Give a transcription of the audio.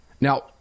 Now